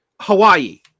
Hawaii